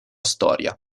storia